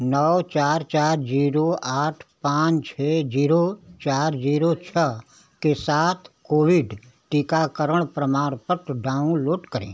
नौ चार चार जीरो आठ पाँच छः जीरो चार जीरो छः के साथ कोविड टीकाकरण प्रमाण पत्र डाउनलोड करें